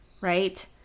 right